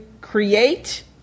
create